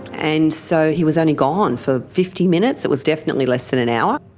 and so he was only gone for fifty minutes, it was definitely less than an hour.